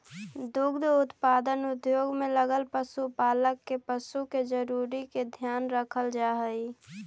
दुग्ध उत्पादन उद्योग में लगल पशुपालक के पशु के जरूरी के ध्यान रखल जा हई